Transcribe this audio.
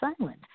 island